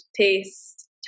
taste